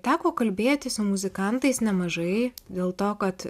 teko kalbėti su muzikantais nemažai dėl to kad